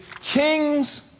kings